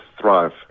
thrive